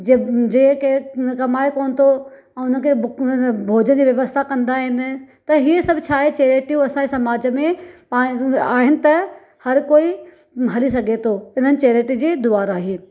जे जेके कमाए कोन्ह थो ऐं हुनखे भोजन जी व्यवस्था कंदा आहिनि त हीअ सभु छा आहे चैरिटियूं असांजे समाज में आहिनि त हर कोई हली सघे थो हिननि चैरिटी जी द्वारा हीअ